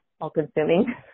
all-consuming